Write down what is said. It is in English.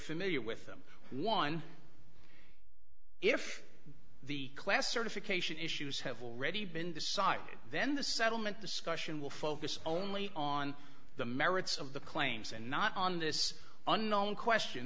familiar with them one if the class certification issues have already been decided then the settlement discussion will focus only on the merits of the claims and not on this unknown question